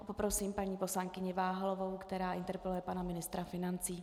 Poprosím paní poslankyni Váhalovou, která interpeluje pana ministra financí.